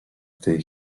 tej